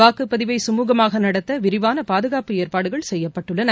வாக்குப்பதிவை சுமூகமாக நடத்த விரிவான பாதுகாப்பு ஏற்பாடுகள் செய்யப்பட்டுள்ளன